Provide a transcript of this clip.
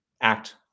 act